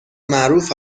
معروف